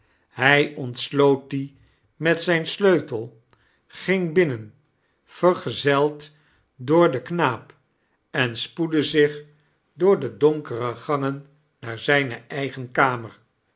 hij onteloot die met zijn sleutel ging binnen vergezeld door den knaap en spoedde zich door de donkere gangen naar zijne eigen kamer